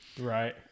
right